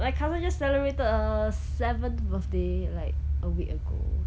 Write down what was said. my cousin just celebrated her seventh birthday like a week ago